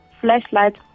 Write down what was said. flashlight